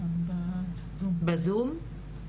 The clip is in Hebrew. בזום.